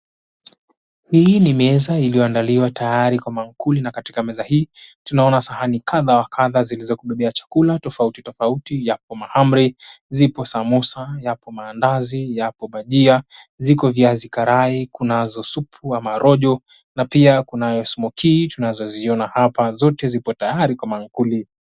Hili ni meza iliyoandaliwa tayari kwa maankuli na katika meza hii, tunaoa sahani kadha wa kadha zilizokubebea chakula tofauti tofauti yapo mahamri zipo samosa yapo maandazi yapo bajia ziko viazi karai kunazo supu ama rojo na pia kunayo smokie tunazoziona hapa zote zipo tayari kwa maankuli.